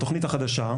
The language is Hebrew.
התכנית החדשה,